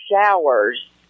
showers